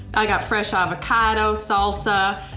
i got fresh avocado, salsa,